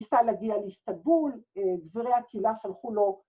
‫ניסה להגיע לאסטנבול, ‫גבירי הקהילה שלחו לו...